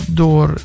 door